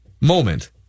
moment